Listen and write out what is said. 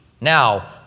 Now